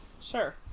Sure